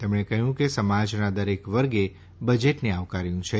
તેમણે કહ્યું કે સમાજના દરેક વર્ગે બજેટને આવકાર્યું છે